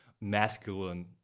masculine